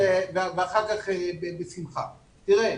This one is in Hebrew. תראה,